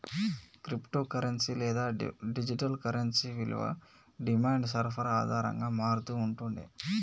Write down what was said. crypto currency లేదా digital currency విలువ demand, సరఫరా ఆధారంగా మారతూ ఉంటుండే